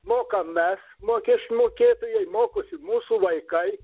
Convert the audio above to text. mokam mes mokesčių mokėtojai mokosi mūsų vaikai